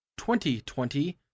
2020